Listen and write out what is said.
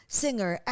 singer